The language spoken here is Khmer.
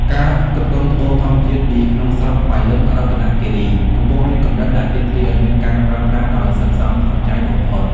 ការផ្គត់ផ្គង់ត្បូងធម្មជាតិពីក្នុងស្រុក (ប៉ៃលិន រតនគិរី) កំពុងមានកម្រិត ដែលទាមទារឱ្យមានការប្រើប្រាស់ដោយសន្សំសំចៃបំផុត។